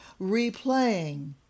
replaying